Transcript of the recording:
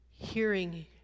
hearing